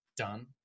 done